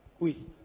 oui